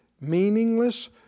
meaningless